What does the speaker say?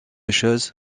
chose